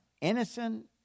innocent